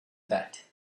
that